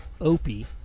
Opie